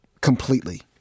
completely